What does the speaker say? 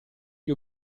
gli